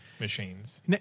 machines